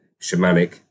shamanic